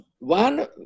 One